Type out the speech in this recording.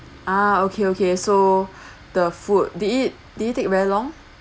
ah okay okay so the food did it did it take very long